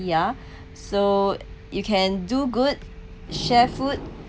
ya so you can do good share food